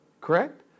correct